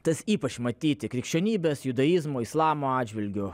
tas ypač matyti krikščionybės judaizmo islamo atžvilgiu